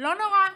לא נורא,